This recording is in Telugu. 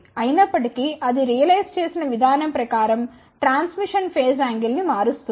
అయినప్పటి కీ అది రియలైజ్ చేసిన విధానం ప్రకారం ట్రాన్స్మిషన్ ఫేస్ యాంగిల్ ని మారుస్తుంది